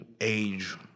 age